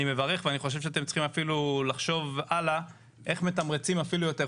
אני מברך ואני חושב שצריך לחשוב הלאה איך מתמרצים אפילו יותר,